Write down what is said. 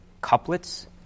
couplets